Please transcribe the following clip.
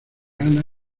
anna